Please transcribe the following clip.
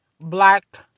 black